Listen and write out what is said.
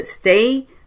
stay